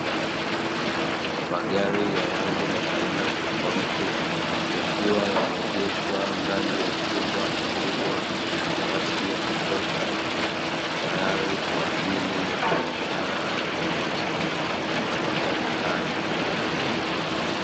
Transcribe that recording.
Magari na rangi ya aina tofauti yakiwa yameegeshwa ndani ya chumba kikubwa chenye nafasi ya kutosha, tayari kwa ajili ya biashara ya mauzo ya magari hayo.